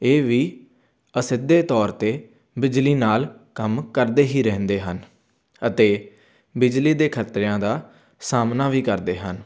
ਇਹ ਵੀ ਅਸਿੱਧੇ ਤੌਰ 'ਤੇ ਬਿਜਲੀ ਨਾਲ ਕੰਮ ਕਰਦੇ ਹੀ ਰਹਿੰਦੇ ਹਨ ਅਤੇ ਬਿਜਲੀ ਦੇ ਖਤਰਿਆਂ ਦਾ ਸਾਹਮਣਾ ਵੀ ਕਰਦੇ ਹਨ